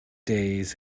days